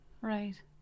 Right